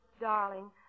Darling